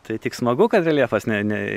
tai tik smagu kad reljefas ne ne